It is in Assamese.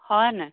হয়নে